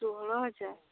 ଷୋହଳ ହଜାର